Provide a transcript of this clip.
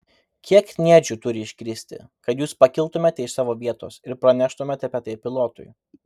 kiek kniedžių turi iškristi kad jūs pakiltumėte iš savo vietos ir praneštumėte apie tai pilotui